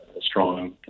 strong